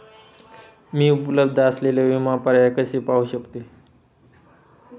मी उपलब्ध असलेले विमा पर्याय कसे पाहू शकते?